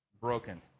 broken